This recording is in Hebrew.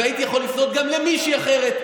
הייתי יכול לפנות גם למישהי אחרת.